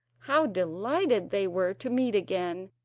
how delighted they were to meet again,